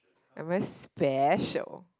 I'm very special